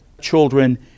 children